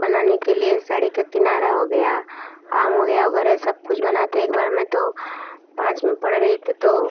बनाने के लिए साड़ी का किनारा हो गया आम हो गया वगैरह ये सब कुछ बनाते एक बार मैं तो पाँच में पढ़ रही थी तो